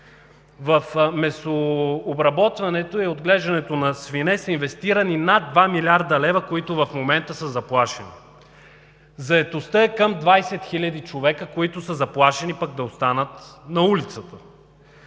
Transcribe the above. В месообработването и отглеждането на свине са инвестирани над 2 млрд. лв., които в момента са заплашени. Заетостта е към 20 000 човека, които са заплашени пък да останат на улицата.